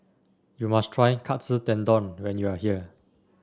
you must try Katsu Tendon when you are here